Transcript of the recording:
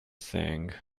thing